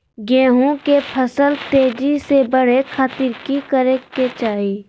गेहूं के फसल तेजी से बढ़े खातिर की करके चाहि?